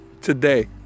Today